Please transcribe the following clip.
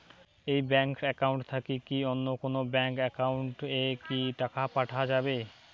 এই bank account থাকি কি অন্য কোনো ব্যাংক একাউন্ট এ কি টাকা পাঠা যাবে?